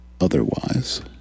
otherwise